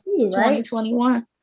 2021